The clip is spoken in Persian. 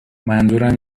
منظورم